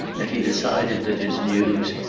and he decided that his news,